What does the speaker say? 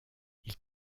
ils